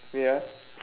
wait ah